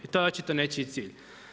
I to je očito nečiji cilj.